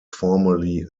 formerly